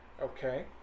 Okay